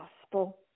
gospel